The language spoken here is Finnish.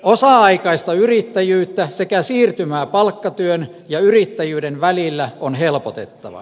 osa aikaista yrittäjyyttä sekä siirtymää palkkatyön ja yrittäjyyden välillä on helpotettava